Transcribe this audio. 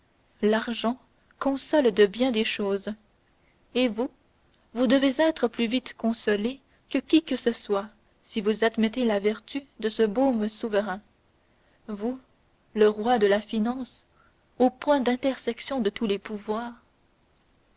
l'argent console de bien des choses et vous vous devez être plus vite consolé que qui que ce soit si vous admettez la vertu de ce baume souverain vous le roi de la finance le point d'intersection de tous les pouvoirs